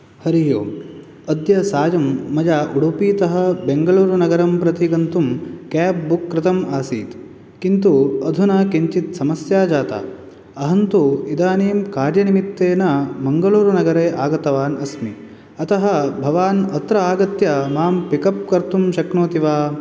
हरिः ओम् अद्य सायं मया उडुपीतः बेङ्गलुरुनगरं प्रति गन्तुं केब् बुक् कृतम् आसीत् किन्तु अधुना किञ्चित् समस्या जाता अहं तु इदानीं कार्यनिमित्तेन मङ्गलूरुनगरे आगतवान् अस्मि अतः भवान् अत्र आगत्य मां पिकप् कर्तुं शक्नोति वा